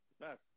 best